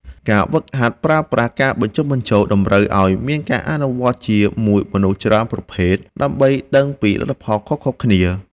ការហ្វឹកហាត់ប្រើប្រាស់ការបញ្ចុះបញ្ចូលតម្រូវឱ្យមានការអនុវត្តជាមួយមនុស្សច្រើនប្រភេទដើម្បីដឹងពីលទ្ធផលខុសៗគ្នា។